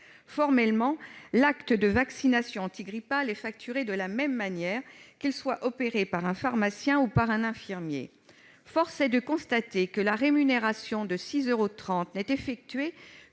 formellement, l'acte de vaccination antigrippale est facturé de la même manière, qu'il soit effectué par un pharmacien ou par un infirmier, force est de constater que la rémunération de 6,30 euros n'est effective